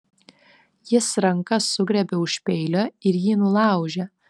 jis ranka sugriebė už peilio ir jį nulaužė